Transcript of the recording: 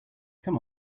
come